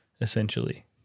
essentially